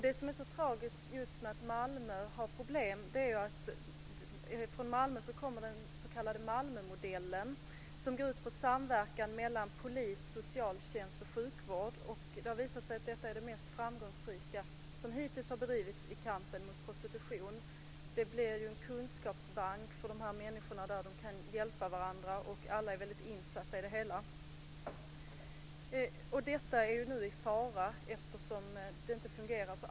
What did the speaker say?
Det som är så tragiskt med att just Malmö har problem är ju att det är från Malmö den s.k. Malmömodellen kommer som går ut på samverkan mellan polis, socialtjänst och sjukvård. Det har visat sig att detta är den mest framgångsrika modell som hittills har tillämpats i kampen mot prostitution. Det blir en kunskapsbank för de här människorna så att de kan hjälpa varandra. Alla är väldigt insatta i det hela. Detta är nu i fara eftersom det inte fungerar.